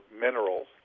minerals